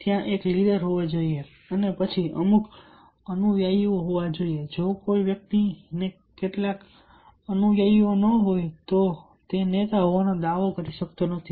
ત્યાં એક લીડર હોવો જોઈએ અને પછી અમુક અનુયાયીઓ હોવા જોઈએ જો કોઈ વ્યક્તિ ને તેના કેટલાક અનુયાયીઓ ન હોય તો તે નેતા હોવાનો દાવો કરી શકતો નથી